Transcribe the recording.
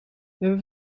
hebben